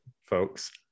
folks